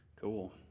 Cool